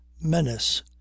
menace